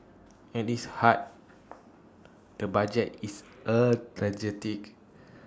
at its heart the budget is A strategic